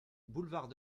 boulevard